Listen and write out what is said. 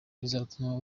bizatuma